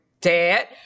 dad